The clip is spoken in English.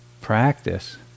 practice